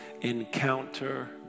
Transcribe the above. encounter